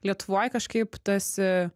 lietuvoj kažkaip tas e